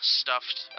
stuffed